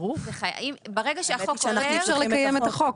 ברור, אחרת אי אפשר לקיים את החוק.